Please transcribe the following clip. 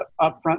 upfront